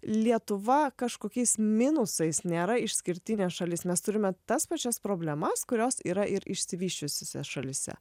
lietuva kažkokiais minusais nėra išskirtinė šalis mes turime tas pačias problemas kurios yra ir išsivysčiusiose šalyse